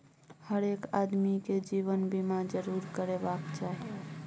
हरेक आदमीकेँ जीवन बीमा जरूर करेबाक चाही